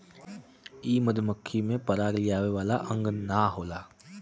इ मधुमक्खी में पराग लियावे वाला अंग ना होला